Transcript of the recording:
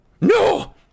No